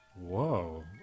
Whoa